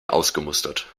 ausgemustert